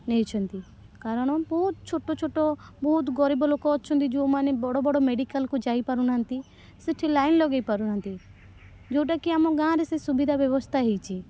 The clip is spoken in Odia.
ନେଇଛନ୍ତି କାରଣ ବହୁତ ଛୋଟ ଛୋଟ ବହୁତ ଗରିବ ଲୋକ ଅଛନ୍ତି ଯୋଉମାନେ ବଡ଼ ବଡ଼ ମେଡ଼ିକାଲ୍କୁ ଯାଇ ପାରୁନାହାଁନ୍ତି ସେଇଠି ଲାଇନ୍ ଲଗାଇ ପାରୁନାହାଁନ୍ତି ଯେଉଁଟା କି ଆମ ଗାଁରେ ସେ ସୁବିଧା ବ୍ୟବସ୍ଥା ହୋଇଛି